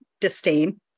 disdain